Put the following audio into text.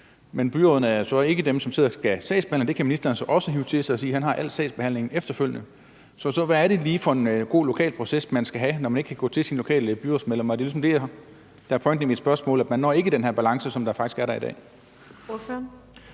hvor byrådene så ikke er dem, som sidder og skal sagsbehandle? Det kan ministeren så også hive til sig og sige, at han efterfølgende har al sagsbehandlingen. Så hvad er det lige for en god lokal proces, man skal have, når man ikke kan gå til sine lokale byrådsmedlemmer? Det er ligesom det, der er pointen i mit spørgsmål, altså at man ikke når den her balance, som faktisk er der i dag.